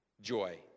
joy